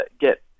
get